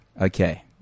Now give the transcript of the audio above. Okay